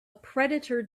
predator